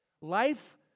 Life